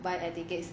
buy air tickets